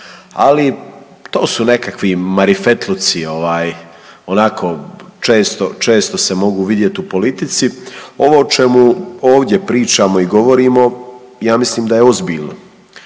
Ali to su nekakvi marifetluci, ovaj onako često se mogu vidjeti u politici. Ovo o čemu ovdje pričamo i govorimo ja mislim da je ozbiljno